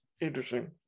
Interesting